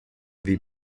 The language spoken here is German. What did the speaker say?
wie